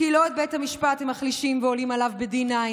כי לא את בית המשפט הם מחלישים ועולים עליו ב-D9,